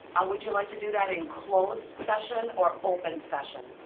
would you like to do that in closed session or open session?